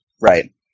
Right